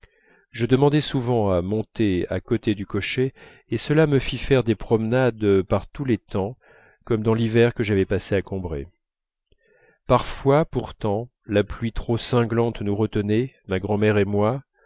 je demandais souvent à monter à côté du cocher et cela me fit faire des promenades par tous les temps comme dans l'hiver que j'avais passé à combray parfois pourtant la pluie trop cinglante nous retenait ma grand'mère et moi